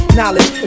knowledge